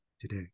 today